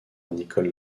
nicole